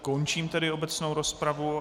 Končím tedy obecnou rozpravu.